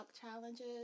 challenges